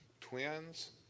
twins